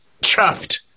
chuffed